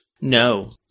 No